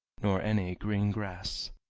nor any green grass.